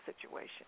situation